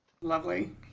Lovely